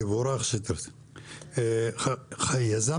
שאלת